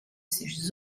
ses